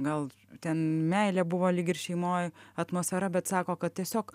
gal ten meilė buvo lyg ir šeimoj atmosfera bet sako kad tiesiog